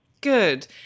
Good